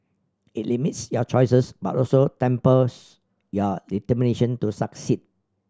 it limits your choices but also tempers your determination to succeed